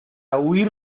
huir